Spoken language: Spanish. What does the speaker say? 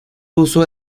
uso